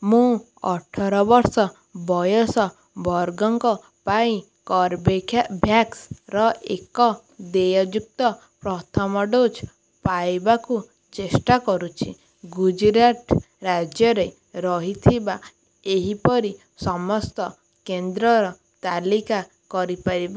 ମୁଁ ଅଠର ବର୍ଷ ବୟସ ବର୍ଗଙ୍କ ପାଇଁ କର୍ବେଭ୍ୟାକ୍ସର ଏକ ଦେୟଯୁକ୍ତ ପ୍ରଥମ ଡୋଜ୍ ପାଇବାକୁ ଚେଷ୍ଟା କରୁଛି ଗୁଜୁରାଟ ରାଜ୍ୟରେ ରହିଥିବା ଏହିପରି ସମସ୍ତ କେନ୍ଦ୍ରର ତାଲିକା କରିପାରିବ